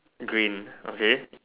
green okay